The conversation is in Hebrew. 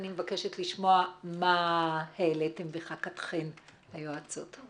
אני מבקשת לשמוע מה העליתן בחקתיכן היועצות.